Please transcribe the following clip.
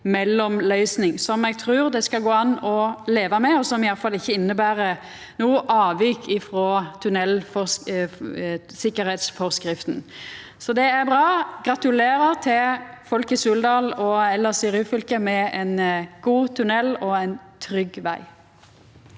mellomløysing som eg trur det skal gå an å leva med, og som iallfall ikkje inneber noko avvik frå tunnelsikkerheitsforskrifta. Det er bra. Gratulerer til folk i Suldal og elles i Ryfylke med ein god tunnel og ein trygg veg!